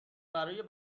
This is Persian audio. برای